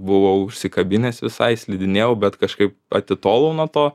buvau užsikabinęs visai slidinėjau bet kažkaip atitolau nuo to